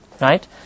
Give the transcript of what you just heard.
right